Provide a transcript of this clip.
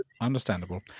Understandable